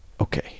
okay